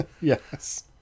Yes